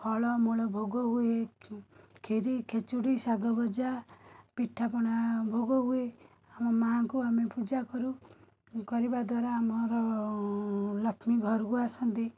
ଫଳମୂଳ ଭୋଗହୁଏ ଖିରି ଖେଚୁଡ଼ି ଶାଗଭଜା ପିଠାପଣା ଭୋଗହୁଏ ଆମ ମାଁଙ୍କୁ ଆମେ ପୂଜାକରୁ କରିବାଦ୍ୱାରା ଆମର ଲକ୍ଷ୍ମୀ ଘରକୁ ଆସନ୍ତି